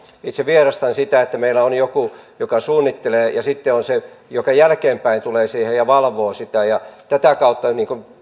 itse vierastan sitä että meillä on joku joka suunnittelee ja sitten on se joka jälkeenpäin tulee siihen ja valvoo sitä tätä kautta